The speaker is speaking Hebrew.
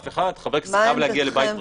איל, אבל זאת לא שאלה.